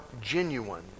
genuine